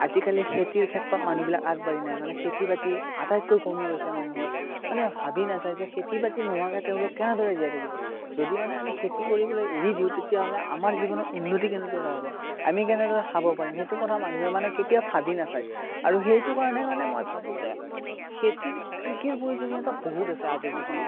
আজিকালি খেতিৰ ক্ষেত্ৰত মানুহবিলাক আগবাঢ়ি নাহে মানে খেতি বাতি আটাইতকৈ কমি গৈছে মানুহৰ মানে ভাবি নাচায় যে খেতি বাতি নোহোৱাকে তেওঁলোক কেনেদৰে জীয়াই থাকিব যদি মানে আমি খেতি কৰিবলে এৰি দিওঁ তেতিয়াহ'লে আমাৰ জীৱনত উন্নতি কেনেদৰে হ'ব আমি কেনেদৰে খাব পাৰিম সেইটো কথা মানুহে মানে কেতিয়া ভাবি নাচায় আৰু সেইটো কাৰণে মই ভাবোঁ যে খেতিৰ কৃষিৰ প্ৰয়োজনীয়তা বহুত আছে আজিৰ জীৱনত